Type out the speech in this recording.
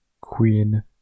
queen